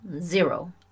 Zero